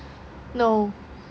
no